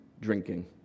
drinking